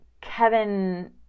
Kevin